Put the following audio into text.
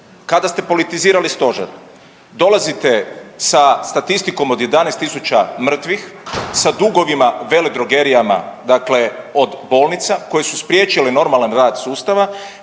kada ste politizirali stožer dolazite sa statistikom 11.000 mrtvih, sa dugovima veledrogerijama dakle od bolnica koje su spriječile normalan rad sustava,